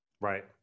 Right